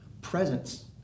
presence